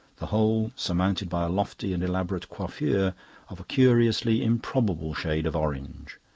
the whole surmounted by a lofty and elaborate coiffure of a curiously improbable shade of orange.